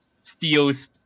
steals